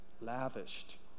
Lavished